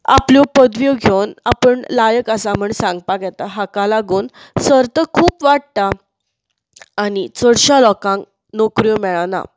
आपल्यो पदव्यो घेवन आपूण लायक आसा म्हणून सांगपाक येतात हाका लागून सर्त खूब वाडटा आनी चडश्या लोकांक नोकऱ्यो मेळना